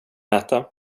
äta